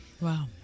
Wow